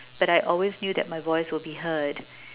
but I always knew that my voice would be heard